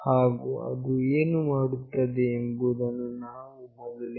ಹಾಗು ಅದು ಏನು ಮಾಡುತ್ತದೆ ಎಂಬುದನ್ನು ನಾನು ಮೊದಲೇ ತಿಳಿಸಿದ್ದೇನೆ